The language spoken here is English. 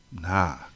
Nah